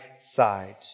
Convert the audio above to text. side